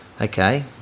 okay